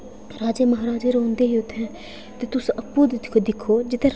राजे महारजे रौंह्दे हे उत्थै ते तुस आपूं दिक्खो जित्थै